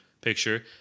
picture